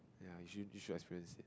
ya you should you should experience